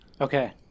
okay